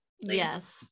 yes